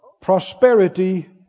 Prosperity